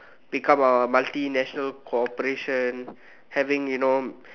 become a multi national corporation having you know